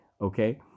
okay